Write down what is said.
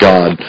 God